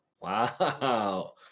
wow